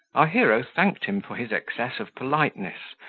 our hero thanked him for his excess of politeness,